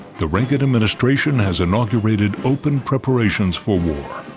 the reagan administration has inaugurated open preparations for war.